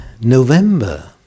November